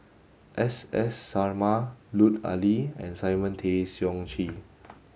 S S Sarma Lut Ali and Simon Tay Seong Chee